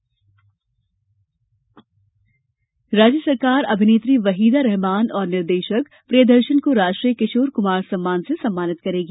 किशोर क्मार सम्मान प्रदेश सरकार अभिनेत्री वहीदा रहमान और निर्देशक प्रियदर्शन को राष्ट्रीय किशोर कुमार सम्मान से सम्मानित करेगी